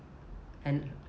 and